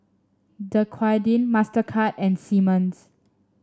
Dequadin Mastercard and Simmons